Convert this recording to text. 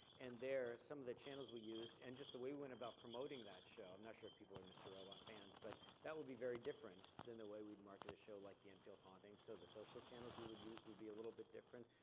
and there, some of the channels we used, and just the way we went about promoting that show, i'm not sure if people are mr. robot fans, but that would be very different than the way we'd market a show like the infield haunting. so the social channels we would use would be a little bit different,